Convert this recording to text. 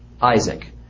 Isaac